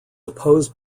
opposed